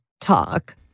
talk